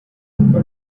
kuko